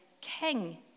King